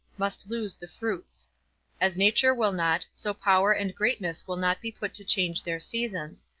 must lose the fruits as nature will not, so power and greatness will not be put to change their seasons,